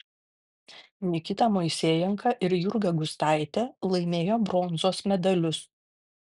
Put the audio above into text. nikita moisejenka ir jurga gustaitė laimėjo bronzos medalius